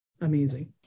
amazing